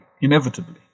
inevitably